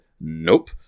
nope